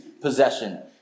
possession